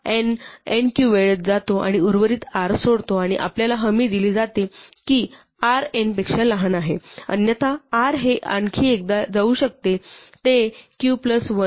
N n q वेळेत जातो आणि उर्वरित r सोडतो आणि आपल्याला हमी दिली जाते की r n पेक्षा लहान आहे अन्यथा r हे आणखी एकदा जाऊ शकते ते q प्लस 1 होईल